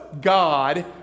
god